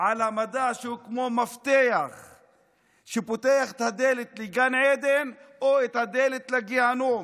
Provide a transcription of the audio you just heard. על המדע שהוא כמו מפתח שפותח את הדלת לגן עדן או את הדלת לגיהינום.